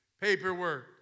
paperwork